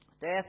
Death